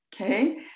okay